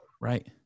Right